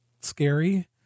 scary